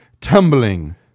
tumbling